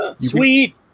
Sweet